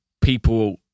people